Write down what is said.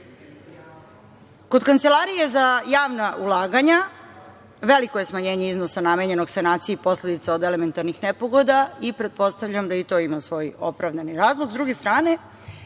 Kancelarije za javna ulaganja veliko je smanjenje iznosa namenjenog sanaciji posledica od elementarnih nepogoda i pretpostavljam da i to ima svoj opravdani razlog.